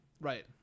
Right